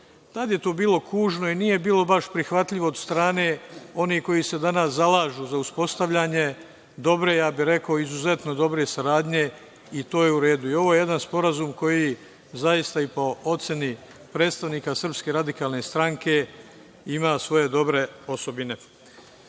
Tada je to bilo kužno i nije bilo baš prihvatljivo od strane onih koji se danas zalažu za uspostavljanje dobre, ja bih rekao, izuzetno dobre saradnje, i to je u redu. Ovo je jedan sporazum koji zaista, i po ceni predstavnika SRS, ima svoje dobre osobine. Svoje